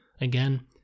Again